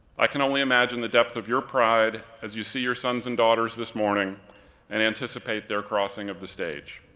i can only imagine the depth of your pride as you see your sons and daughters this morning and anticipate their crossing of the stage.